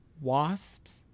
wasps